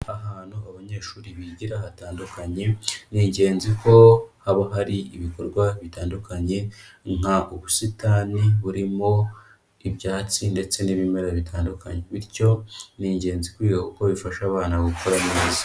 Ahantu abanyeshuri bigira hatandukanye, ni ingenzi ko haba hari ibikorwa bitandukanye nk'ubusitani burimo ibyatsi ndetse n'ibimera bitandukanye, bityo ni ingenzi kubera ko bifasha abana gukora neza.